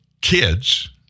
kids